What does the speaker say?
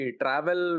travel